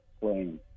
playing